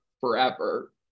forever